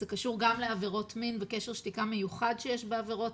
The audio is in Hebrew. זה קשור גם לעבירות מין וקשר שתיקה מיוחד שיש בעבירות